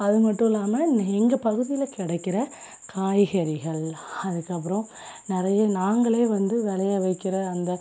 அது மட்டும் இல்லாமல் எங்கள் பகுதியில் கிடைக்கிற காய்கறிகள் அதுக்கப்புறம் நிறைய நாங்களே வந்து விளைய வைக்கின்ற அந்த